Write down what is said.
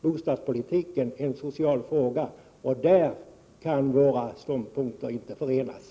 Bostadspolitiken är en social fråga, och där kan våra ståndpunkter inte förenas.